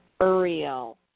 Uriel